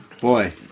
boy